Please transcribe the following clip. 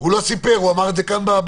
הוא לא סיפר, הוא אמר את זה כאן לפרוטוקול.